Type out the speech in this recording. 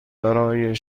برای